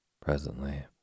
Presently